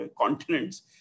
continents